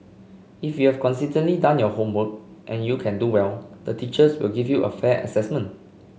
if you've consistently done your homework and you can do well the teachers will give you a fair assessment